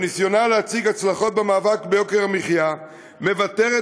בניסיונה להציג הצלחות במאבק ביוקר המחיה מוותרת